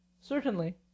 Certainly